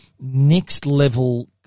next-level